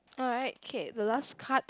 alright K the last card